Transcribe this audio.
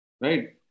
Right